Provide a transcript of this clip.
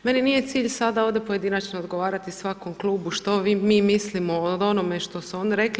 Meni nije cilj sada ovdje pojedinačno odgovarati svakom klubu što vi, mi mislimo o onome što su oni rekli.